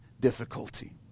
difficulty